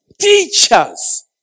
teachers